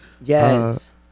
Yes